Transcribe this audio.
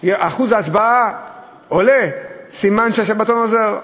אחוז ההצבעה עולה, סימן שהשבתון עוזר.